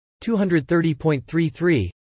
230.33